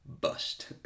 bust